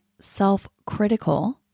self-critical